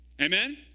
Amen